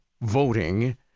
voting